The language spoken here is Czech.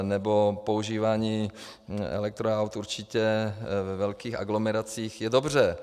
Nebo používání elektroaut určitě ve velkých aglomeracích je dobře.